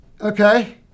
Okay